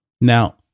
Now